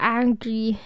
angry